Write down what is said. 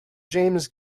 james